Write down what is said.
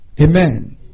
Amen